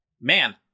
man